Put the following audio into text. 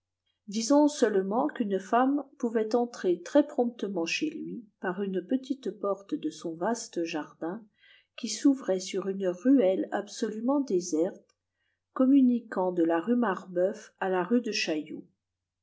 disons seulement qu'une femme pouvait entrer très-promptement chez lui par une petite porte de son vaste jardin qui s'ouvrait sur une ruelle absolument déserte communiquant de la rue marbeuf à la rue de chaillot